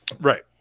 Right